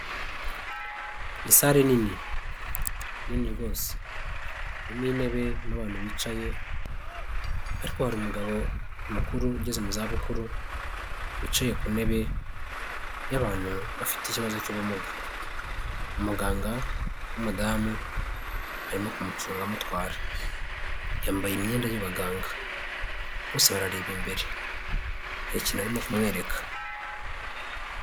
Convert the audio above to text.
Ni sale nini, nini rwose, irimo intebe n'abantu bicaye, ariko hari umugabo mukuru ugeze mu zabukuru, wicaye ku ntebe y'abantu bafite ikibazo cy'ubumuga, umuganga w'umudamu arimo kumucunga amutwara, yambaye imyenda y'abaganga, bose barareba imbere, hari ikintu arimo kumwereka.